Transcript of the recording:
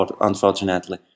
unfortunately